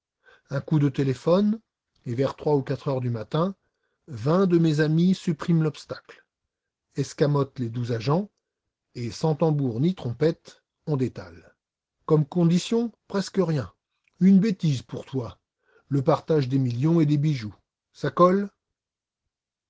un coup de téléphone et vers trois ou quatre heures du matin vingt de mes amis suppriment l'obstacle escamotent les douze agents et sans tambours ni trompettes on détale comme condition presque rien une bêtise pour toi le partage des millions et des bijoux ça colle